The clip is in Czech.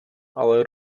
ale